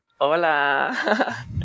Hola